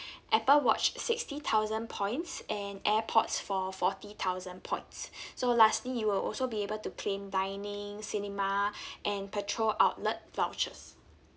apple watch sixty thousand points and airpods for forty thousand points so lastly you will also be able to claim dining cinema and petrol outlet vouchers